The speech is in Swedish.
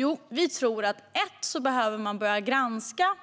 Jo, vi tror att man behöver börja granska